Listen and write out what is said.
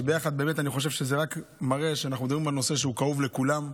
זה רק מראה שאנחנו מדברים על נושא שהוא כאוב לכולם,